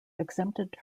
exempted